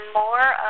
more